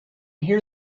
hear